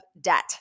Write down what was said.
debt